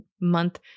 month